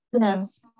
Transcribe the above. yes